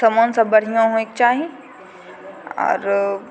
सामान सब बढ़िआँ होइके चाही आरो